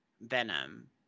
Venom